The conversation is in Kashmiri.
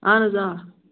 اَہَن حظ آ